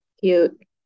Cute